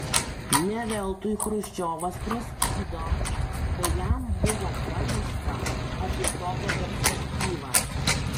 ne veltui chruščiovas praskydo kai jam buvo pranešta apie tokią perspektyvą